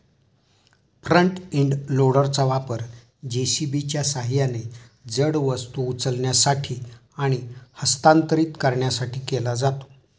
front end लोडरचा वापर जे.सी.बीच्या सहाय्याने जड वस्तू उचलण्यासाठी आणि हस्तांतरित करण्यासाठी केला जातो